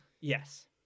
Yes